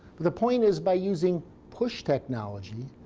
the point is, by using push technology,